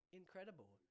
incredible